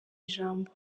ijambo